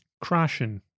crashing